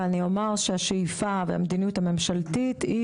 ואני אומר שהשאיפה והמדיניות הממשלתית היא